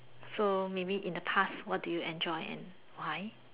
so maybe in the past what do you enjoy and why